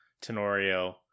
Tenorio